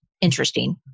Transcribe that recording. interesting